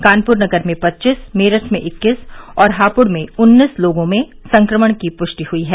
कानपुर नगर में पच्चीस मेरठ में इक्कीस और हापुड़ में उन्नीस लोगों में संक्रमण की पूष्टि हयी है